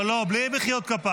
לא, לא, בלי מחיאות כפיים.